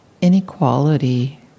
inequality